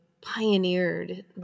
pioneered